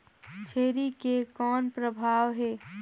छेरी के कौन भाव हे?